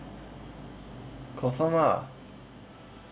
confirm ah